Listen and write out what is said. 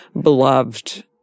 beloved